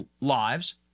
lives